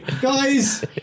Guys